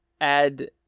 add